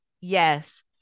yes